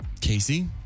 Casey